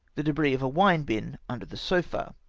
the debris of a wine bin under the sofa.